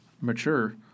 mature